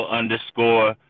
underscore